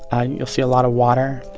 and you'll see a lot of water.